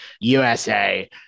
USA